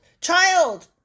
Child